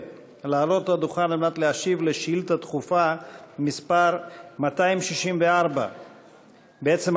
לעלות לדוכן על מנת להשיב על שאילתה דחופה מס' 264. בעצם,